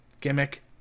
gimmick